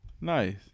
nice